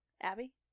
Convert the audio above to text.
Abby